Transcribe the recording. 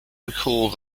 recalled